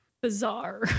Bizarre